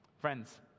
friends